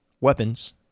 Weapons